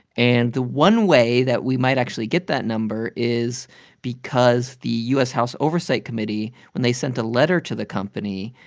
and the one way that we might actually get that number is because the u s. house oversight committee when they sent a letter to the company,